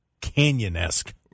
canyon-esque